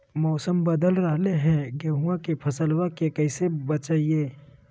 मौसम बदल रहलै है गेहूँआ के फसलबा के कैसे बचैये?